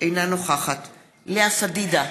אינה נוכחת לאה פדידה,